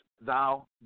thou